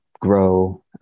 grow